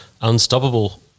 unstoppable